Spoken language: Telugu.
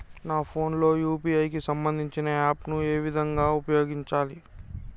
నా ఫోన్ లో యూ.పీ.ఐ కి సంబందించిన యాప్ ను ఏ విధంగా ఉపయోగించాలి?